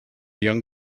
young